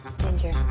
Ginger